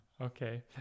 okay